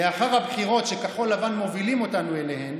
לאחר הבחירות שכחול לבן מובילים אותנו אליהן